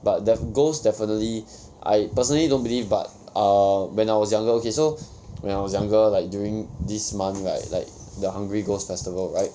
but the ghost definitely I personally don't believe but err when I was younger okay so when I was younger like during this month right like the hungry ghost festival right